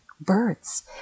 Birds